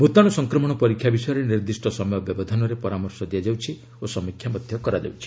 ଭୂତାଣୁ ସଂକ୍ରମଣ ପରୀକ୍ଷା ବିଷୟରେ ନିର୍ଦ୍ଧିଷ୍ଟ ସମୟ ବ୍ୟବଧାନରେ ପରାମର୍ଶ ଦିଆଯାଉଛି ଓ ସମୀକ୍ଷା କରାଯାଉଛି